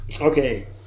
okay